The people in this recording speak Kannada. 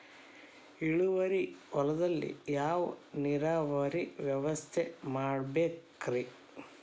ಇಳುವಾರಿ ಹೊಲದಲ್ಲಿ ಯಾವ ನೇರಾವರಿ ವ್ಯವಸ್ಥೆ ಮಾಡಬೇಕ್ ರೇ?